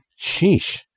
Sheesh